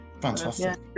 Fantastic